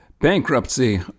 bankruptcy